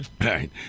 right